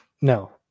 no